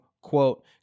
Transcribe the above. quote